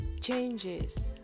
changes